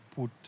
put